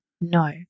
No